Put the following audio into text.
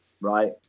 right